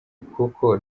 koko